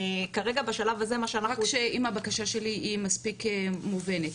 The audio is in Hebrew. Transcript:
רק שאם הבקשה שלי היא מספיק מובנת.